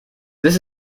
this